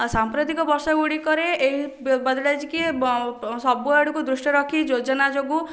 ସାମ୍ପ୍ରତିକ ବର୍ଷ ଗୁଡିକରେ ଏହି ସବୁଆଡ଼କୁ ଦୃଷ୍ଟିରେ ରଖି ଯୋଜନା ଯୋଗୁଁ